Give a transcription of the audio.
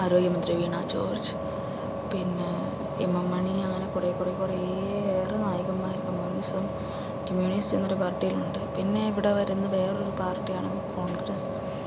ആരോഗ്യമന്ത്രി വീണ ജോർജ് പിന്നെ M M Mani അങ്ങനെ കുറെ കുറെ കുറേ ഏറെ നായകന്മാർ കമ്മ്യൂണിസം കമ്മ്യൂണിസ്റ്റ് എന്നൊരു പാർട്ടിയിൽ ഉണ്ട് പിന്നെ ഇവിടെ വരുന്ന വേറൊരു പാർട്ടിയാണ് കോൺഗ്രസ്